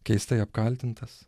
keistai apkaltintas